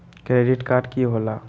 Credit card की होला?